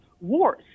wars